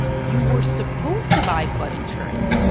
you were supposed to buy flood insurance,